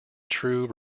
true